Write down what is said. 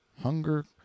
hunger